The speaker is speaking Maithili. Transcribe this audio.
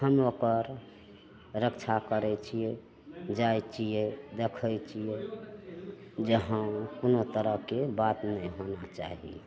हम ओकर रक्षा करय छियै जाइ छियै देखय छियै जे हँ कोनो तरहके बात नहि होइके चाही